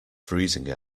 freezing